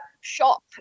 shop